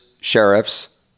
sheriffs